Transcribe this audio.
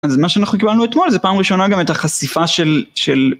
אז מה שאנחנו קיבלנו אתמול זה פעם ראשונה גם את החשיפה של של...